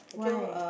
why